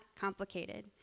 complicated